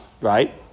right